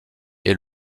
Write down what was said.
est